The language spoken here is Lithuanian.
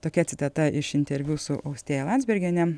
tokia citata iš interviu su austėja landsbergiene